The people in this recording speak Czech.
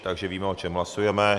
Takže víme, o čem hlasujeme.